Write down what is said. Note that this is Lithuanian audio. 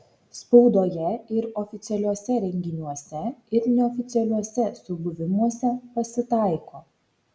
spaudoje ir oficialiuose renginiuose ir neoficialiuose subuvimuose pasitaiko